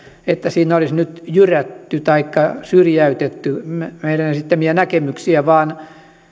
että siinä olisi nyt jyrätty taikka syrjäytetty meidän esittämiämme näkemyksiä vaan